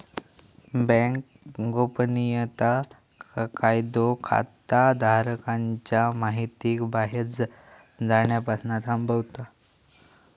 bank गोपनीयता कायदो खाताधारकांच्या महितीक बाहेर जाण्यापासना थांबवता